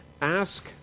ask